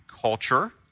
culture